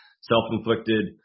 self-inflicted